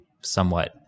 somewhat